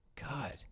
God